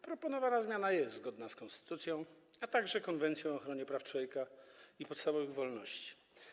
Proponowana zmiana jest zgodna z konstytucją, a także z Konwencją o ochronie praw człowieka i podstawowych wolności.